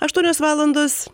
aštuonios valandos